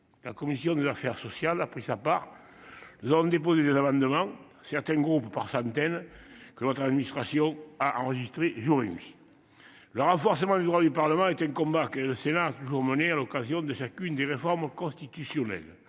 La commission des affaires sociales a pris sa part. Nous avons déposé des amendements certains groupes par centaines que votre administration a enregistré, jour et nuit. Le renforcement des droits du Parlement est un combat que. Toujours mené à l'occasion de chacune des réformes constitutionnelles.